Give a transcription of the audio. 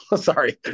Sorry